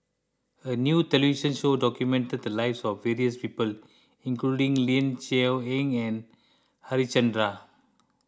a new television show documented the lives of various people including Ling Cher Eng and Harichandra